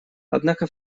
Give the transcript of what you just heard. однако